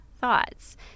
thoughts